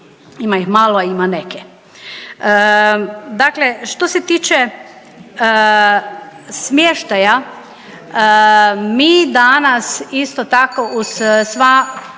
Ima im malo, a ima neke. Dakle, što se tiče smještaja mi danas isto tako uz sva